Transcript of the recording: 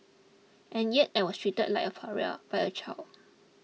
and yet I was treated like a pariah by a child